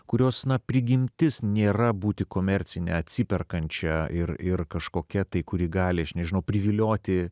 kurios na prigimtis nėra būti komercinę atsiperkančią ir ir kažkokia tai kuri gali aš nežinau privilioti